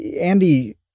Andy